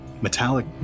metallic